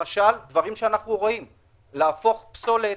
למשל פרויקט של להפוך פסולת